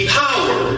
power